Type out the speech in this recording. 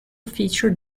featured